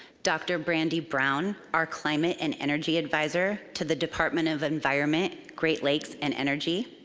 dr. brandy brown, our climate and energy advisor to the department of environment, great lakes, and energy.